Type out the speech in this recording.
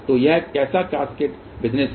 तो यह कैसा कास्केडेड बिज़नेस है